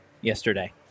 yesterday